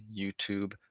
YouTube